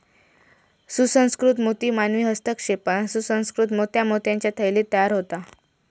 सुसंस्कृत मोती मानवी हस्तक्षेपान सुसंकृत मोत्या मोत्याच्या थैलीत तयार होता